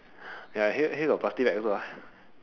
ya here got here got plastic bag also ah